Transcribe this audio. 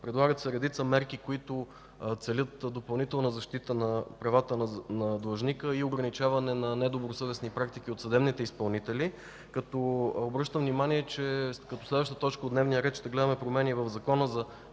предлагат се редица мерки, целящи допълнителна защита на правата на длъжника и ограничаване на недобросъвестни практики от съдебните изпълнители. Обръщам внимание, че като следваща точка от дневния ред ще гледаме промени в Закона за